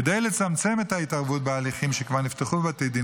כדי לצמצם את ההתערבות בהליכים שכבר נפתחו בבתי דין